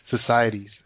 Societies